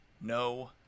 no